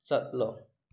ꯆꯠꯂꯣ